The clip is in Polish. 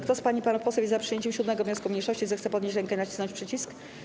Kto z pań i panów posłów jest za przyjęciem 7. wniosku mniejszości, zechce podnieść rękę i nacisnąć przycisk.